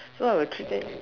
so I will treat that